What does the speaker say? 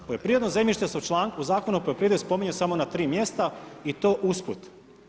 Poljoprivredno zemljište se u zakonu o poljoprivredi spominje samo na tri mjesta i to usput.